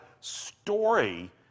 story